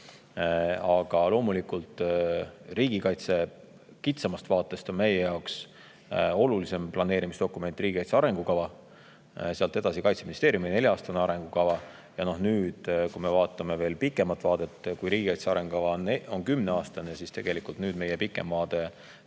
Aga loomulikult, riigikaitse kitsamast vaatest on meie jaoks olulisem planeerimisdokument riigikaitse arengukava, sealt edasi Kaitseministeeriumi nelja aasta arengukava. Ja kui me vaatame veel pikemat vaadet – riigikaitse arengukava on kümne aasta kohta –, siis meie pikem vaade